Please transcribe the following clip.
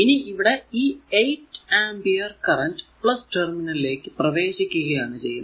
ഇനി ഇവിടെ ഈ 8 ആമ്പിയർ കറന്റ് ടെർമിനലിലേക്കു പ്രവേശിക്കുകയാണ് ചെയ്യുന്നത്